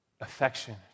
affection